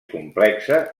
complexa